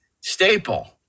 staple